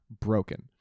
broken